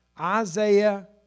Isaiah